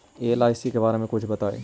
LIC के बारे मे कुछ बताई?